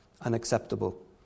unacceptable